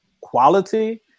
quality